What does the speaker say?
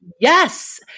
Yes